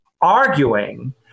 arguing